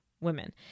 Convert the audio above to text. women